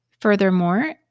Furthermore